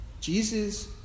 Jesus